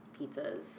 pizzas